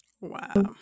wow